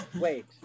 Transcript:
Wait